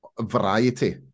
variety